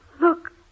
Look